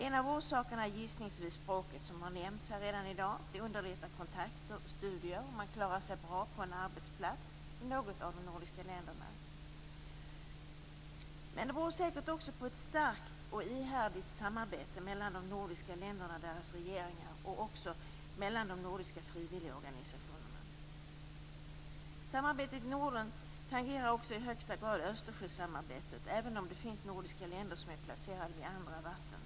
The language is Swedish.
En av orsakerna är gissningsvis språket, som redan har nämnts här. Det underlättar kontakter och studier och gör att man klarar sig bra på en arbetsplats i något av de nordiska länderna. En annan orsak är säkert ett starkt och ihärdigt samarbete mellan de nordiska länderna och deras regeringar och också mellan de nordiska frivilligorganisationerna. Samarbetet i Norden tangerar också i högsta grad Östersjösamarbetet, även om det finns nordiska länder som är placerade vid andra vatten.